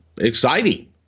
exciting